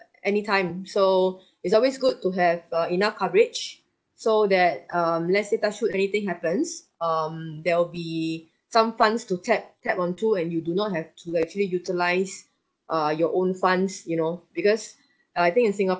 anytime so it's always good to have uh enough coverage so that um let's say touch wood anything happens um there'll be some funds to tap tap onto and you do not have to like actually utilise uh your own funds you know because uh I think in singa~